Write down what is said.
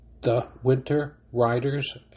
thewinterriders